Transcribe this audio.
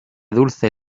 dulce